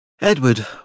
Edward